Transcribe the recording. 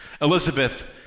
Elizabeth